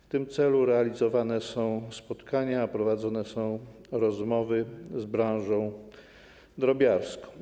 W tym celu realizowane są spotkania i prowadzone są rozmowy z branżą drobiarską.